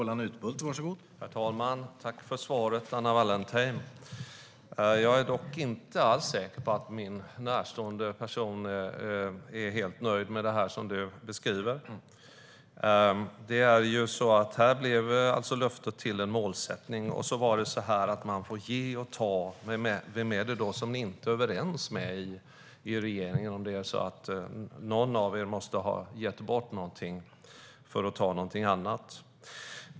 Herr talman! Jag tackar Anna Wallentheim för svaret. Jag är dock inte alls säker på att min närstående är helt nöjd med det som du beskriver. Här blev löftet till en målsättning. Det sägs att man får ge och ta. Vem är det då som ni inte är överens med i regeringen? Någon av er måste ha gett bort någonting för att ta någonting annat.